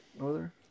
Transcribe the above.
over